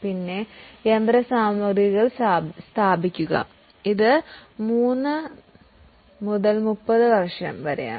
പിന്നെ യന്ത്രസാമഗ്രികൾ സ്ഥാപിക്കുക ഇത് 3 30 വർഷം വരെയാണ്